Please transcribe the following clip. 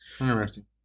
Interesting